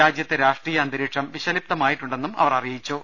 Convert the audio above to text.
രാജ്യത്തെ രാഷ്ട്രീയ അന്തരീക്ഷം വിഷലിപ്തമായിട്ടുണ്ടെന്നും അവർ അറിയിച്ചു